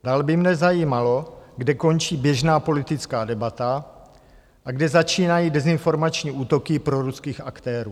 Dále by mne zajímalo, kde končí běžná politická debata a kde začínají dezinformační útoky proruských aktérů.